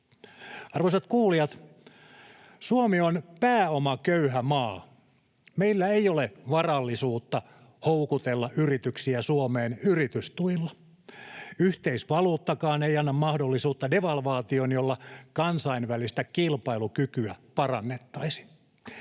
Arvoisat kuulijat! Suomi on pääomaköyhä maa. Meillä ei ole varallisuutta houkutella yrityksiä Suomeen yritystuilla. Yhteisvaluuttakaan ei anna mahdollisuutta devalvaatioon, jolla kansainvälistä kilpailukykyä parannettaisiin.